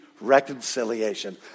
reconciliation